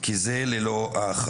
/ כי זה לילו האחרון.//